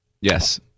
Yes